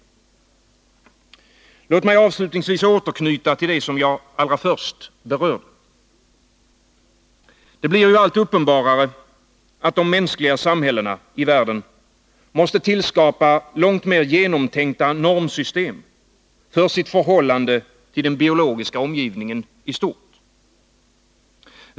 Låt mig avslutningsvis återknyta till det jag allra först berörde. Det blir allt uppenbarare att de mänskliga samhällena i världen måste tillskapa långt mer genomtänkta normsystem för sitt förhållande till den biologiska omgivningen i stort.